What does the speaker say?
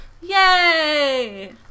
Yay